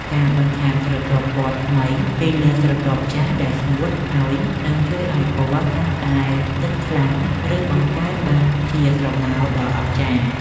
ការបន្ថែមស្រទាប់ពណ៌ថ្មីពីលើស្រទាប់ចាស់ដែលស្ងួតហើយនឹងជួយឱ្យពណ៌កាន់តែដិតខ្លាំង ឬ បង្កើតបានជាស្រមោលដ៏អស្ចារ្យ។